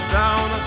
down